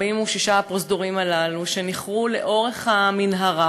46 הפרוזדורים הללו שנכרו לאורך המנהרה